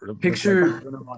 Picture